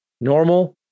Normal